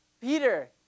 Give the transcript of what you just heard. Peter